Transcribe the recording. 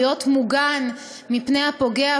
להיות מוגן מפני הפוגע,